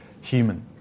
human